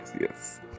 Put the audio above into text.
yes